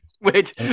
Wait